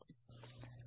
విద్యార్థి